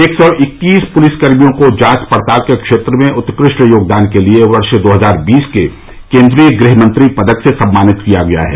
एक सौ इक्कीस पुलिसकर्मियों को जांच पड़ताल के क्षेत्र में उत्कृष्ट योगदान के लिए वर्ष दो हजार बीस के केन्द्रीय गृह मंत्री पदक से सम्मानित किया गया है